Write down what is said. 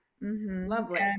lovely